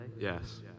Yes